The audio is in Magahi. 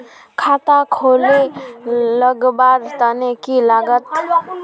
खाता खोले लगवार तने की लागत?